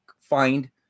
find